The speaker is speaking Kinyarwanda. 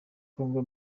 congo